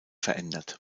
verändert